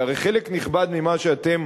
כי הרי חלק נכבד ממה שאתם